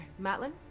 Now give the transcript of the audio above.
Matlin